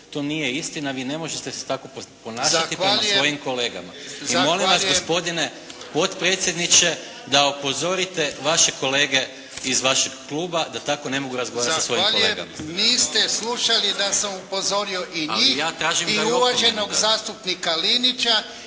To nije istina, vi ne možete se tako ponašati prema svojim kolegama. I molim vas gospodine potpredsjedniče da upozorite vaše kolege iz vašeg kluba da tako ne mogu razgovarati sa svojim kolegama. **Jarnjak, Ivan (HDZ)** Zahvaljujem. Niste slušali da sam upozorio i njih i uvaženog zastupnika Linića